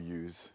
use